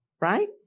Right